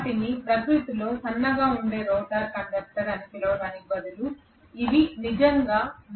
వాటిని ప్రకృతిలో సన్నగా ఉండే రోటర్ కండక్టర్ అని పిలవడానికి బదులు ఇవి నిజంగా మందంగా ఉండే రోటర్ బార్లు